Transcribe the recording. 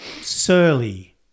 surly